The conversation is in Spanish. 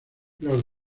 los